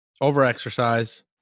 over-exercise